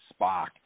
Spock